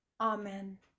Amen